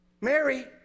Mary